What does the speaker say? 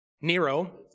Nero